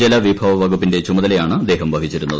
ജലവിഭവ വകുപ്പിന്റെ ചുമതലയാണ് അദ്ദേഹം വഹിച്ചിരുന്നത്